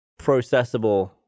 processable